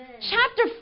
Chapter